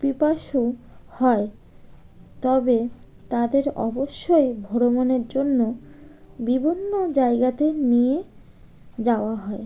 পিপাসু হয় তবে তাদের অবশ্যই ভ্রমণের জন্য বিভিন্ন জায়গাতে নিয়ে যাওয়া হয়